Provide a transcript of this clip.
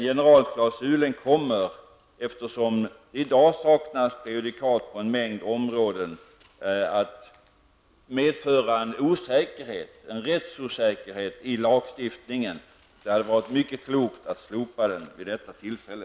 Generalklausulen kommer, eftersom det i dag saknas prejudikat på en mängd områden, att medföra en rättsosäkerhet i lagstiftningen. Det hade varit mycket klokt att slopa den vid detta tillfälle.